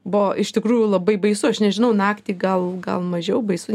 buvo iš tikrųjų labai baisu aš nežinau naktį gal gal mažiau baisu